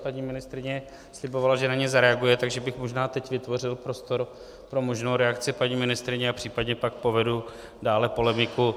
Paní ministryně slibovala, že na ně zareaguje, takže bych možná teď vytvořil prostor pro možnou reakci paní ministryně a případně pak povedu dále polemiku.